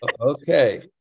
Okay